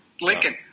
Lincoln